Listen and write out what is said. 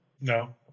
No